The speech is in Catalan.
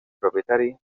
propietari